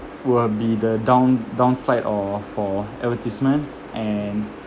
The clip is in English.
will be the down down slide or for advertisements and